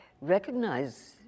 recognize